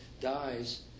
dies